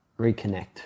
reconnect